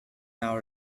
now